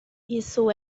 isso